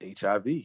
hiv